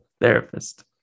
therapist